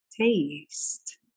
taste